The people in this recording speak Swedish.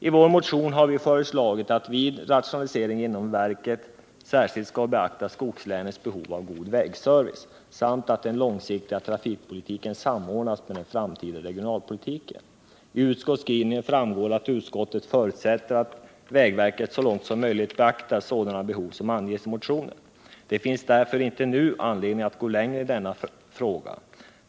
I vår motion har vi föreslagit att vid rationalisering inom vägverket särskilt skall beaktas skogslänens behov av god vägservice samt att den långsiktiga trafikpolitiken samordnas med den framtida regionalpolitiken. Av utskottsskrivningen framgår att utskottet förutsätter att vägverket så långt som möjligt beaktar sådana behov som anges i motionen. Det finns därför inte nu anledning att gå längre i denna fråga.